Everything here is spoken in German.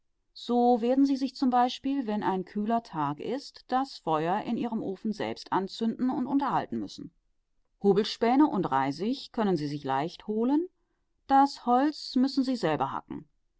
so werden sie sich z b wenn ein kühler tag ist das feuer in ihrem ofen selbst anzünden und unterhalten müssen hobelspäne und reisig können sie sich leicht holen das holz müssen sie selber hacken